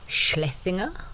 Schlesinger